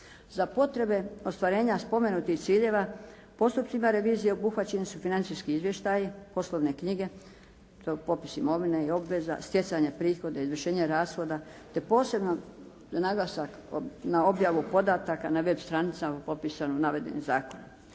Za potrebe ostvarenja spomenutih ciljeva postupcima revizije obuhvaćeni su financijski izvještaji, poslovne knjige. To je popis imovine i obveza, stjecanja prihoda, izvršenje rashoda, te poseban naglasak na objavu podataka na web stranicama popisano u navedeni zakon.